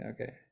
Okay